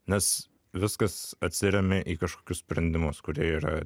nes viskas atsiremia į kažkokius sprendimus kurie yra